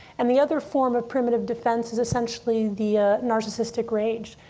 and the other form of primitive defense is essentially the ah narcissistic rage.